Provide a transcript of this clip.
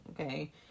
okay